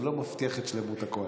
זה לא מבטיח את שלמות הקואליציה.